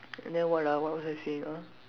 and then what ah what was I saying ah